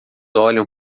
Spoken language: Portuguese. olham